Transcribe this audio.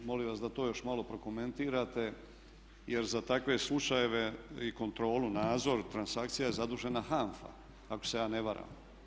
Molim vas da to još malo prokomentirate, jer za takve slučajeve i kontrolu, nadzor transakcija je zadužena HANFA ako se ja ne varam.